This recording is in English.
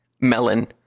melon